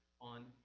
on